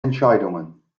entscheidungen